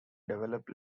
develop